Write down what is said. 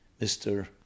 Mr